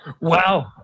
wow